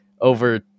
over